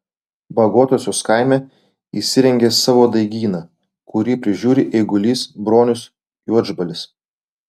bagotosios kaime įsirengė savo daigyną kurį prižiūri eigulys bronius juodžbalis